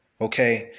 Okay